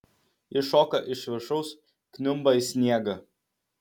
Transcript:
ji šoka iš viršaus kniumba į sniegą